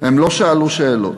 הם לא שאלו שאלות.